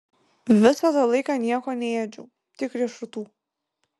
visą tą laiką nieko neėdžiau tik riešutų